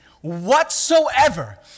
whatsoever